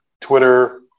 Twitter